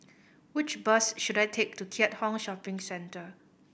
which bus should I take to Keat Hong Shopping Centre